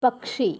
പക്ഷി